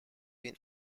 been